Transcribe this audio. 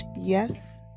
yes